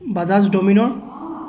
Bajaj domino